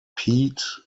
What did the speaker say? peat